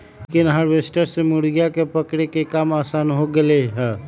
chicken harvester से मुर्गियन के पकड़े के काम आसान हो गैले है